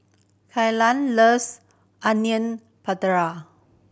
Kelan loves Onion Pakora